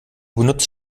benutzt